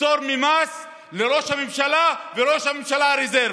פטור ממס לראש הממשלה ולראש הממשלה הרזרבי,